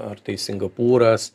ar tai singapūras